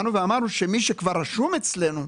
באנו ואמרנו שמי שכבר רשום אצלנו,